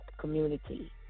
community